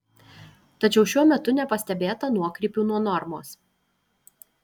tačiau šiuo metu nepastebėta nuokrypių nuo normos